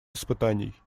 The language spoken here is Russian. испытаний